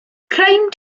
claimed